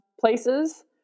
places